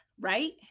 right